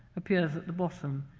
appears at the bottom,